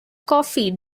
coffee